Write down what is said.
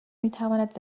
میتواند